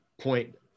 point